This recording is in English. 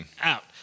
out